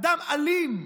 אדם אלים,